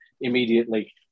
immediately